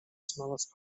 smallest